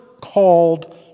called